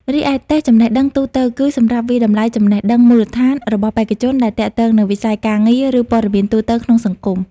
រីឯតេស្តចំណេះដឹងទូទៅ គឺសម្រាប់វាយតម្លៃចំណេះដឹងមូលដ្ឋានរបស់បេក្ខជនដែលទាក់ទងនឹងវិស័យការងារ ឬព័ត៌មានទូទៅក្នុងសង្គម។